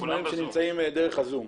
יש מוזמנים שנמצאים דרך הזום.